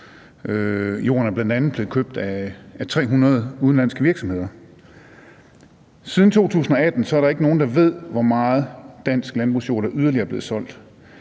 Jorden er bl.a. blevet købt af 300 udenlandske virksomheder. Siden 2018 er der ikke nogen, der ved, hvor meget dansk landbrugsjord der yderligere er blevet solgt,